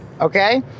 Okay